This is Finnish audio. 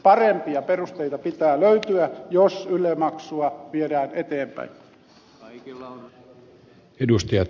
parempia perusteita pitää löytyä jos yle maksua viedään eteenpäin